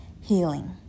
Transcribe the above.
Healing